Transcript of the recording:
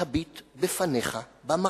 להביט בפניך במראה?